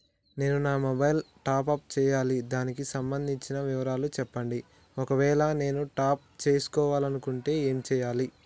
నేను నా mobile top up చేయాలి దానికి సంబంధించిన వివరాలు చెప్పండి ఒకవేళ నేను టాప్ చేసుకోవాలనుకుంటే ఏం చేయాలి?